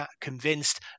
convinced